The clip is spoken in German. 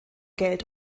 geld